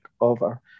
over